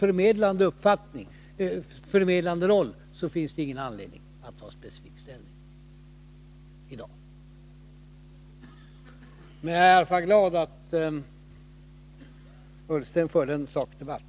Om vi skall spela en förmedlande roll finns det ingen anledning att ta specifik ställning i dag. Jag är glad att Ola Ullsten förde en sakdebatt.